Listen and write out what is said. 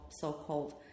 so-called